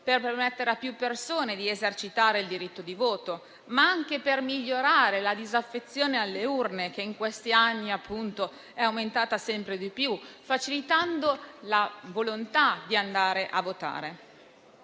per permettere a più persone di esercitare il diritto di voto; ma anche per migliorare la disaffezione alle urne, che in questi anni, appunto, è aumentata sempre di più, facilitando la volontà di andare a votare.